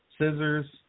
scissors